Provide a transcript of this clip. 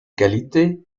qualité